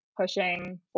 pushing